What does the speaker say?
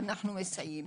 אנחנו מסייעים.